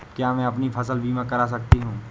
क्या मैं अपनी फसल बीमा करा सकती हूँ?